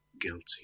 guilty